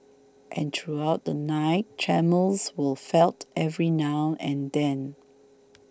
and throughout the night tremors were felt every now and then